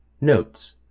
Notes